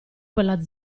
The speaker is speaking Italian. quella